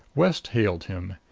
west hailed him.